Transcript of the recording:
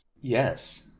yes